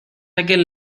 aquel